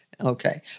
Okay